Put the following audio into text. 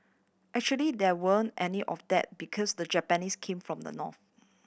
actually there weren't any of that because the Japanese came from the north